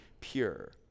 pure